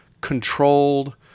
controlled